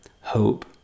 hope